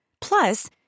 Plus